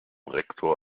rektor